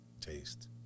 Taste